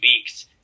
weeks